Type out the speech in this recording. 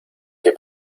que